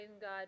God